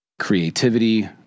creativity